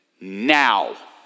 now